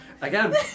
Again